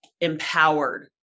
empowered